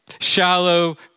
shallow